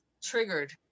triggered